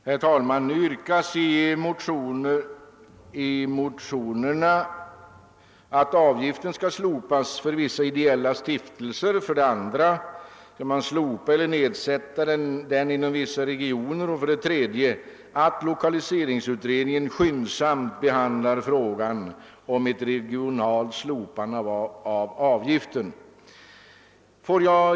Herr talman! I motionerna I: 158 och 11:177 yrkas att avgiften skall slopas för vissa ideella stiftelser, i motionerna 1:56 och II:66 yrkas på ett slopande eller en sänkning av avgiften inom vissa regioner och i motionerna I:153 och II: 924 yrkas att lokaliseringsutredningen skyndsamt behandlar frågan om en regional sänkning av avgiften.